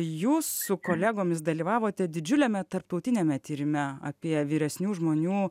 jūs su kolegomis dalyvavote didžiuliame tarptautiniame tyrime apie vyresnių žmonių